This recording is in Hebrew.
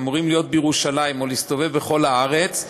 שאמורים להיות בירושלים או להסתובב בכל הארץ,